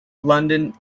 london